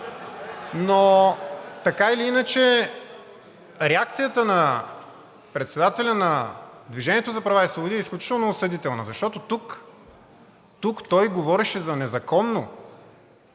Така или иначе, реакцията на председателя на „Движението за права и свободи“ е изключително осъдително, защото тук той говореше за незаконно,